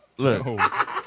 Look